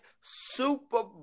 Super